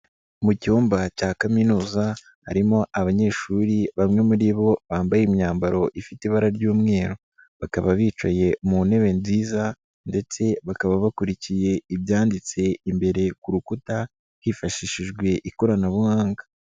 Mu cyumba cya kaminuza harimo abanyeshuri bamwe muri bo bambaye imyambaro ifite ibara ry'umweru, bakaba bicaye mu ntebe nziza ndetse bakaba bakurikiye ibyanditse imbere ku rukuta hifashishijwe ikoranabuhanga.